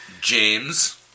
James